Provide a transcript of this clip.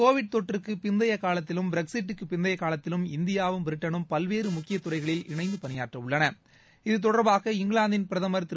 Covid தொற்றுக்குப் பிந்தைய காலத்திலும் பிரக்சிட்டுக்குப் பிந்தைய காலத்திலும் இந்தியாவும் பிரிட்டனும் பல்வேறு முக்கிய துறைகளில் இணைந்து பணியாற்ற உள்ளன இது தொடர்பாக இங்கிலாந்தின் பிரதமர் திரு